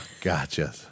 Gotcha